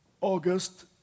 August